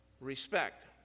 Respect